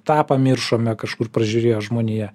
tą pamiršome kažkur pražiūrėjo žmonija